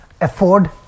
afford